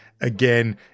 again